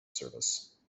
service